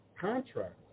contract